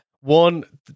one